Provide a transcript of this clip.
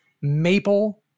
maple